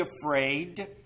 afraid